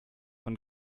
von